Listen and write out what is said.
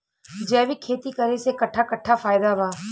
जैविक खेती करे से कट्ठा कट्ठा फायदा बा?